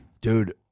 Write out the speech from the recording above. Dude